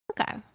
Okay